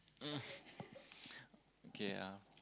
um okay uh